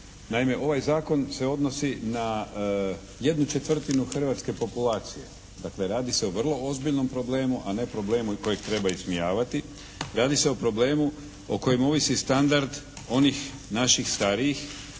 Naime, ovaj zakon se odnosi na jednu četvrtinu hrvatske populacije. Dakle, radi se o vrlo ozbiljnom problemu, a ne problemu kojeg treba ismijavati. Radi se o problemu o kojem ovisi standard onih naših starijih